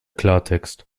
klartext